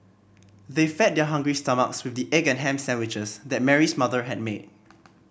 they fed their hungry stomachs with the egg and ham sandwiches that Mary's mother had made